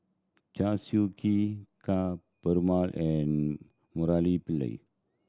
Chew Swee Kee Ka Perumal and Murali Pillai